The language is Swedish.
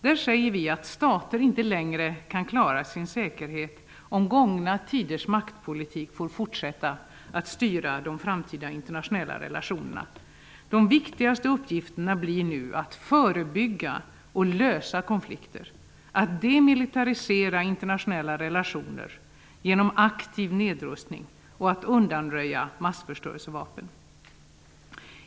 Där säger vi att stater inte längre kan klara sin säkerhet om gångna tiders maktpolitik får fortsätta att styra de framtida internationella relationerna. De viktigaste uppgifterna blir nu att förebygga och lösa konflikter, att demilitarisera internationella relationer genom aktiv nedrustning och att undanröja massförstörelsevapen.